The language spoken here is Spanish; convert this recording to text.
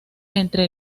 entre